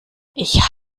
ich